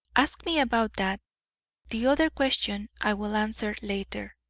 ask me about that the other question i will answer later.